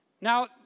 Now